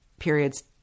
period's